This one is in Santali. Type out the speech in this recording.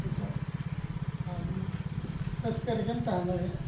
ᱱᱤᱛᱚᱜ ᱟᱨ ᱨᱟᱹᱥᱠᱟᱹ ᱨᱮᱜᱮᱢ ᱛᱟᱦᱮᱸ ᱫᱟᱲᱮᱭᱟᱜᱼᱟ